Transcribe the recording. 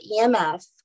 EMF